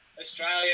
Australia